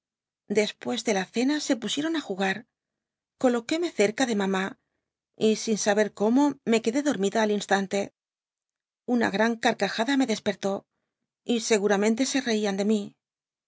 después de la cena se pusieron á jugar coloquéme cerca de mamá y sin saber comome quedé dormida al instante una gran carcajada me despertó y seguramente se reian de mí